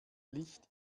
licht